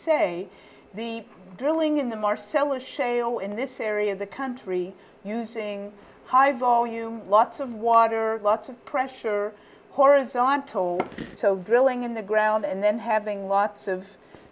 say the drilling in the marcellus shale in this area of the country using high volume lots of water lots of pressure horizontal so drilling in the ground and then having lots of